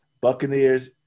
Buccaneers